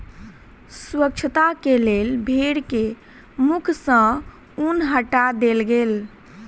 स्वच्छता के लेल भेड़ के मुख सॅ ऊन हटा देल गेल